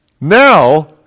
Now